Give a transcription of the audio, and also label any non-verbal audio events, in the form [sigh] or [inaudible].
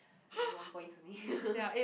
!ee! one points only [laughs]